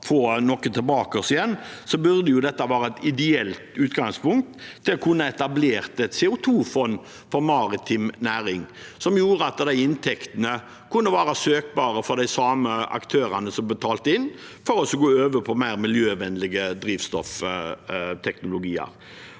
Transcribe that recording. skal få noe tilbake igjen, burde dette være et ideelt utgangspunkt. En kunne etablert et CO2-fond for maritim næring som gjorde at de inntektene kunne være søkbare for de samme aktørene som betalte inn, for å gå over på mer miljøvennlige drivstoffteknologier.